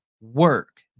work